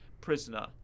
prisoner